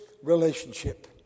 relationship